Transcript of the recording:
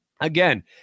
Again